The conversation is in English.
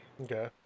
Okay